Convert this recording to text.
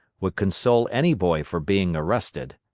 would console any boy for being arrested.